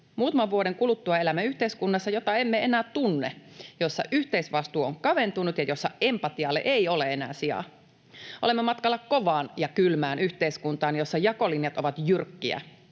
Muutaman vuoden kuluttua elämme yhteiskunnassa, jota emme enää tunne, jossa yhteisvastuu on kaventunut ja jossa empatialle ei ole enää sijaa. Olemme matkalla kovaan ja kylmään yhteiskuntaan, jossa jakolinjat ovat jyrkkiä,